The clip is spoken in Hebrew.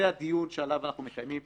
זה הדיון שאנחנו מקיימים פה: